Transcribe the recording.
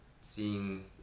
seeing